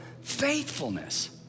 faithfulness